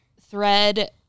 thread